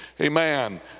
Amen